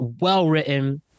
well-written